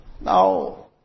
now